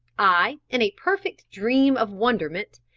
i in a perfect dream of wonderment,